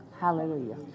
Hallelujah